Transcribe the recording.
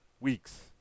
weeks